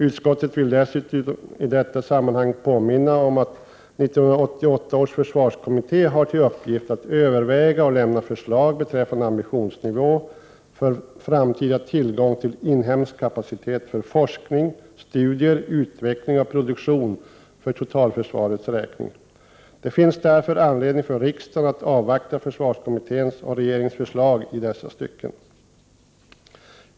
Utskottet vill i detta sammanhang dessutom påminna om att 1988 års försvarskommitté har till uppgift att överväga att lämna förslag beträffande ambitionsnivån för framtida tillgång till inhemsk kapacitet för forskning, studier, utveckling och produktion för totalförsvarets räkning. Det finns därför anledning för riksdagen att avvakta försvarkommitténs och regeringens förslag i dessa stycken.